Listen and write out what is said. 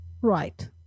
Right